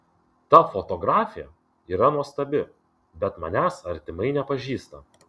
ta fotografė yra nuostabi bet manęs artimai nepažįsta